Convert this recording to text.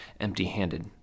empty-handed